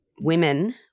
women